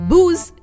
Booze